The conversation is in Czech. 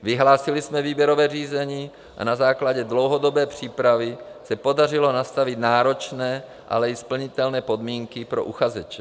Vyhlásili jsme výběrové řízení a na základě dlouhodobé přípravy se podařilo nastavit náročné, ale i splnitelné podmínky pro uchazeče.